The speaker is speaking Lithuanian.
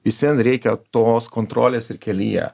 vis vien reikia tos kontrolės ir kelyje